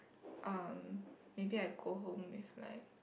uh maybe I go home with like